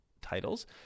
titles